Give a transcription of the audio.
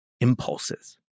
impulses